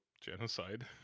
genocide